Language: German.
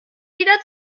wieder